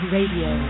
Radio